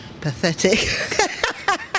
pathetic